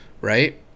right